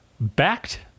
backed